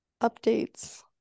updates